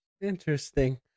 Interesting